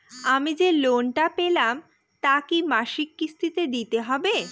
আমি যে লোন টা পেলাম তা কি মাসিক কিস্তি তে দিতে হবে?